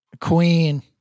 Queen